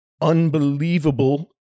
unbelievable